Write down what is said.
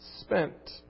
spent